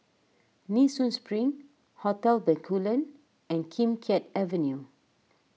Nee Soon Spring Hotel Bencoolen and Kim Keat Avenue